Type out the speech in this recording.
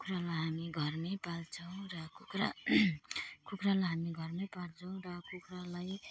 कुखुरालाई हामी घरमा पाल्छौँ र कुखुरा कुखुरालाई हामी घरमा पाल्छौँ र कुखुरालाई